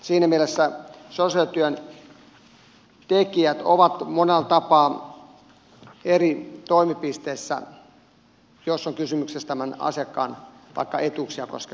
siinä mielessä sosiaalityön tekijät ovat monella tapaa eri toimipisteissä jos on kysymyksessä vaikka asiakkaan etuuksia koskevat päätökset